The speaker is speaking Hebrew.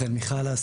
׳חלאסרטן׳,